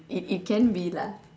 it it can be lah